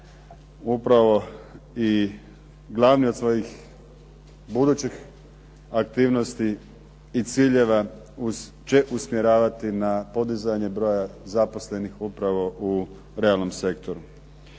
upravo i glavni od svojih budućih aktivnosti i ciljeva će usmjeravati na podizanje broja zaposlenih upravo u realnom sektoru.